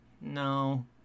No